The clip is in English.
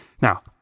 Now